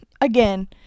again